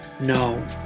No